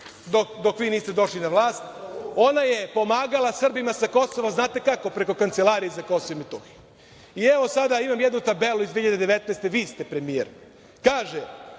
dok vi niste došli na vlast. Ona je pomagala Srbima sa Kosova znate kako? Preko Kancelarije za Kosovo i Metohiji. Imam jednu tabelu iz 2019. godine, vi ste premijer, kaže